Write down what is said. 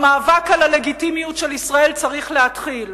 המאבק על הלגיטימיות של ישראל צריך להתחיל,